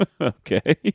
okay